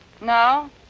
No